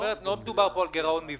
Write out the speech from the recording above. לא מדובר פה על גירעון מבני,